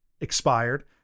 expired